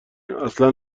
اصلا